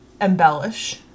embellish